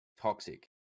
toxic